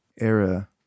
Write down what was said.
era